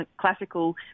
classical